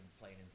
playing